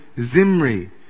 Zimri